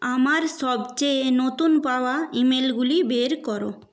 আমার সবচেয়ে নতুন পাওয়া ইমেলগুলি বের করো